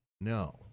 No